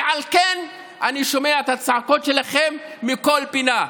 ועל כן אני שומע את הצעקות שלכם מכל פינה.